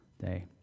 day